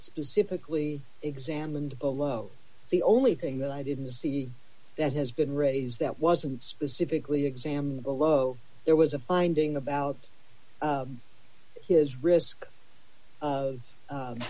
specifically examined below the only thing that i didn't see that has been raised that wasn't specifically exam below there was a finding about his risk of